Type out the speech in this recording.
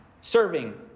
serving